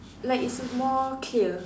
like it's more clear